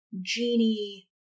Genie